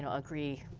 and agree.